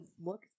look